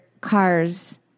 cars –